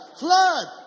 flood